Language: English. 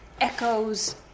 echoes